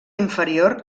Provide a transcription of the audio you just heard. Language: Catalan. inferior